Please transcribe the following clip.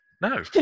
No